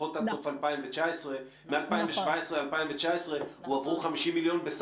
לפחות מ-2017 עד 2019 הועברו 50 מיליון שקלים